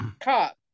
cop